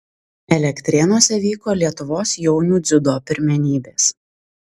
elektrėnuose vyko lietuvos jaunių dziudo pirmenybės